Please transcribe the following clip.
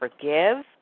forgive